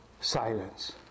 silence